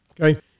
Okay